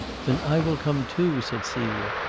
then i will come too, said celia,